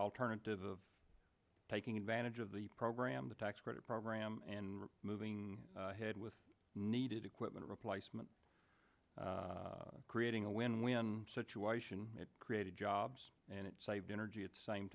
alternative of taking advantage of the program the tax credit program and moving ahead with needed equipment replacement creating a win win situation it created jobs and it saved energy at the same